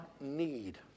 need